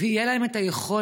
ותהיה להם היכולת,